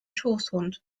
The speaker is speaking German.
schoßhund